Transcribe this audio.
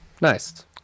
Nice